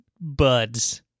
Buds